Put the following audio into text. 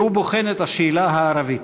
והוא בוחן את השאלה הערבית.